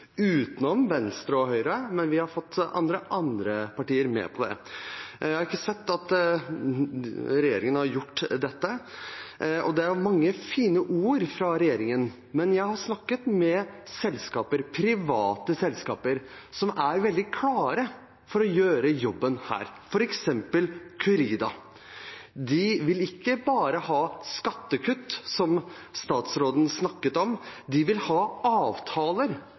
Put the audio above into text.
Venstre og Høyre, men vi har fått andre partier med på det. Jeg har ikke sett at regjeringen har gjort dette. Det er mange fine ord fra regjeringen, men jeg har snakket med selskaper, private selskaper, som er veldig klare for å gjøre jobben her, f.eks. Curida. De vil ikke bare ha skattekutt, som statsråden snakket om. De vil ha avtaler